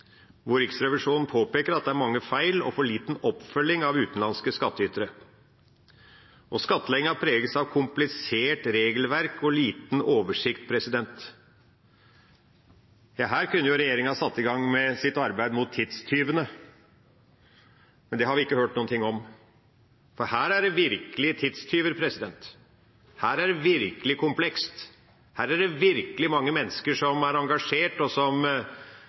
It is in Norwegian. hvor Riksrevisjonen påpeker at det er mange feil og for liten oppfølging av utenlandske skattytere. Skattleggingen preges av komplisert regelverk og liten oversikt. Her kunne regjeringa satt i gang med sitt arbeid mot tidstyvene, men det har vi ikke hørt noe om, for her er det virkelig tidstyver, her er det virkelig komplekst, her er det virkelig mange mennesker som er engasjert, og som